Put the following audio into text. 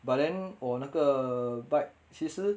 but then 我那个 bike 其实